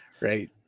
right